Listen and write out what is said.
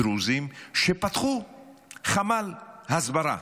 דרוזים, שפתחו חמ"ל הסברה.